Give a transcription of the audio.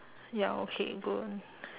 ya okay good